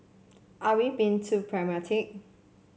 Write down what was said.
are we being too pragmatic